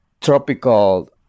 tropical